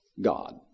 God